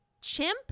chimp